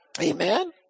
Amen